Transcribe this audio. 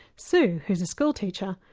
sue, who's a school teacher,